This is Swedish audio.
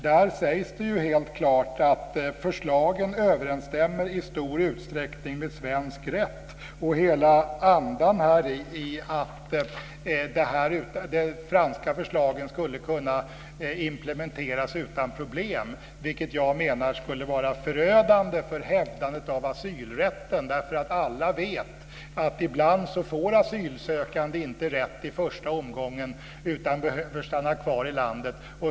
Där sägs det helt klart att förslagen i stor utsträckning överensstämmer med svensk rätt. Hela andan häri är att de franska förslagen skulle kunna implementeras utan problem, vilket jag menar skulle vara förödande för hävdandet av asylrätten. Alla vet att ibland får asylsökande inte rätt i första omgången, utan behöver stanna kvar i landet.